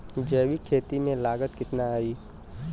जैविक खेती में लागत कितना आई?